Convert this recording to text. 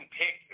pick